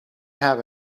have